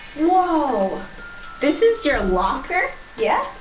whoa this is your locker. yes.